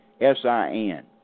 S-I-N